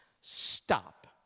stop